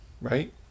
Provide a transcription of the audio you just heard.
right